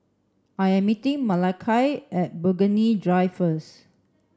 I am meeting Malakai at Burgundy Drive first